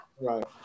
Right